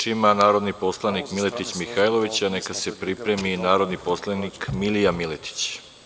Reč ima narodni poslanik Miletić Mihajlović, a neka se pripremi narodni poslanik Milija Miletić.